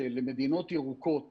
שלמדינות ירוקות